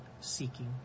seeking